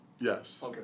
Yes